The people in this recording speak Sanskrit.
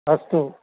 अस्तु